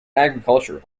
agricultural